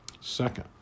Second